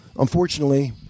Unfortunately